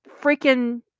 freaking